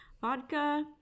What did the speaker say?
vodka